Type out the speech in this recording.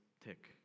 tick